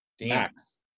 max